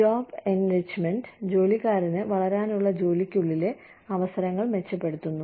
job enrichment ജോലിക്കാരന് വളരാനുള്ള ജോലിക്കുള്ളിലെ അവസരങ്ങൾ മെച്ചപ്പെടുത്തുന്നു